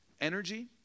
energy